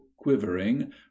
quivering